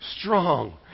strong